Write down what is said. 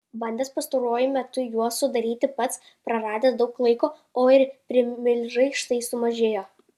bandęs pastaruoju metu juos sudaryti pats praradęs daug laiko o ir primilžiai štai sumažėjo